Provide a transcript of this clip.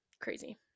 crazy